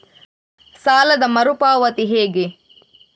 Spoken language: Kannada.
ಸಾಲದ ಮರು ಪಾವತಿ ಹೇಗೆ?